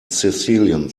sicilian